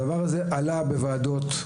הדבר הזה עלה בוועדות,